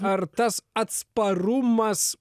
ar tas atsparumas